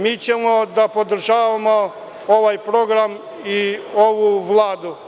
Mi ćemo da podržavamo ovaj program i ovu Vladu.